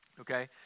okay